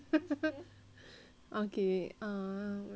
okay err